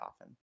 often